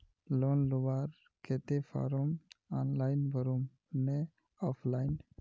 Loan लुबार केते form online भरुम ने ऑफलाइन?